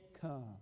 come